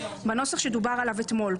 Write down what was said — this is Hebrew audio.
בנוסח שדובר עליו אתמול.